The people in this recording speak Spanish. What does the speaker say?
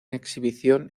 exhibición